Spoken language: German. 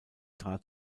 trat